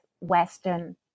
Western